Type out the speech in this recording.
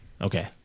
Okay